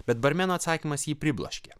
bet barmeno atsakymas jį pribloškė